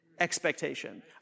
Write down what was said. expectation